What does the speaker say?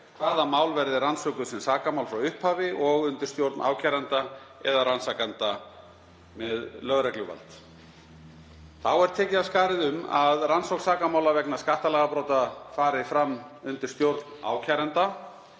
hvaða mál verði rannsökuð sem sakamál frá upphafi og undir stjórn ákærenda eða rannsakenda með lögregluvald. Þá er tekið af skarið um að rannsókn sakamála vegna skattalagabrota fari fram undir stjórn ákæranda.